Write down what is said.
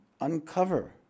uncover